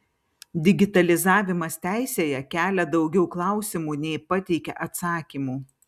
digitalizavimas teisėje kelia daugiau klausimų nei pateikia atsakymų